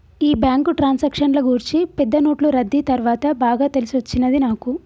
ఈ బ్యాంకు ట్రాన్సాక్షన్ల గూర్చి పెద్ద నోట్లు రద్దీ తర్వాత బాగా తెలిసొచ్చినది నాకు